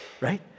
right